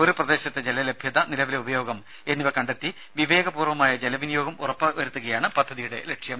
ഒരു പ്രദേശത്തെ ജലലഭ്യത നിലവിലെ ഉപയോഗം എന്നിവ കണ്ടെത്തി വിവേക പൂർവ്വമായ ജലവിനിയോഗം ഉറപ്പുവരുത്തുകയാണ് പദ്ധതിയുടെ ലക്ഷ്യം